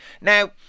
now